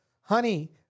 honey